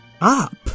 up